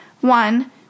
one